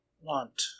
want